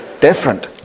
different